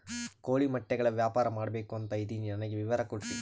ಕೋಳಿ ಮೊಟ್ಟೆಗಳ ವ್ಯಾಪಾರ ಮಾಡ್ಬೇಕು ಅಂತ ಇದಿನಿ ನನಗೆ ವಿವರ ಕೊಡ್ರಿ?